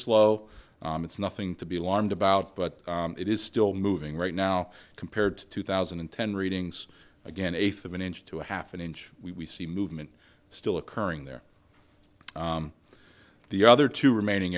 slow it's nothing to be alarmed about but it is still moving right now compared to two thousand and ten readings again eighth of an inch to a half an inch we see movement still occurring there the other two remaining